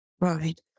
right